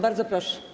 Bardzo proszę.